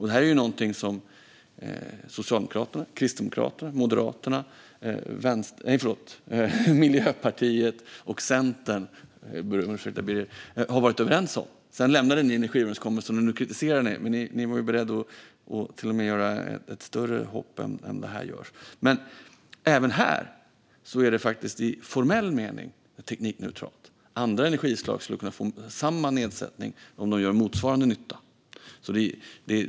Det här är någonting som Socialdemokraterna, Kristdemokraterna, Moderaterna, Miljöpartiet och Centerpartiet har varit överens om. Sedan lämnade ni energiöverenskommelsen, och nu kritiserar ni detta, men ni var ju beredda att till och med göra ett större hopp än vad det här innebär. Men även här är det faktiskt i formell mening teknikneutralt. Andra energislag skulle kunna få samma nedsättning om de gör motsvarande nytta.